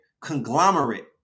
conglomerate